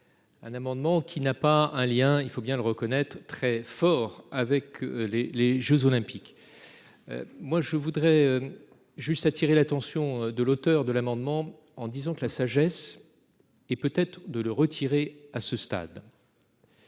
Un amendement qui n'a pas un lien. Il faut bien le reconnaître très fort avec les, les Jeux olympiques. Moi je voudrais. Juste attirer l'attention de l'auteur de l'amendement en disant que la sagesse. Et peut-être de le retirer à ce stade.